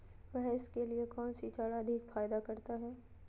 भैंस के लिए कौन सी चारा अधिक फायदा करता है?